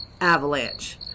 avalanche